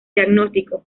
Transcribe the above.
diagnóstico